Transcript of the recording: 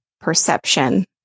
perception